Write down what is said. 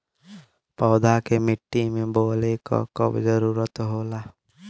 पौधा के मिट्टी में बोवले क कब जरूरत होला